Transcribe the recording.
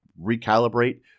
recalibrate